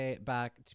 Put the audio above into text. back